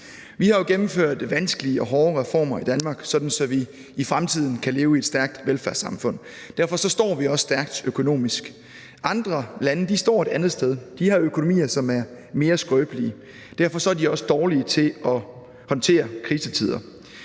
Vi har jo gennemført vanskelige og hårde reformer i Danmark, sådan så at vi i fremtiden kan leve i et stærkt velfærdssamfund. Derfor står vi også stærkt økonomisk. Andre lande står et andet sted. De har økonomier, som er mere skrøbelige. Derfor er de også dårlige til at håndtere krisetider.